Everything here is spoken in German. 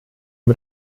mit